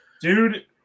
Dude